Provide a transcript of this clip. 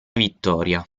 vittoria